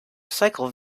cycle